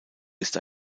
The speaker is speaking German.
ist